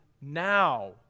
now